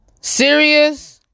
serious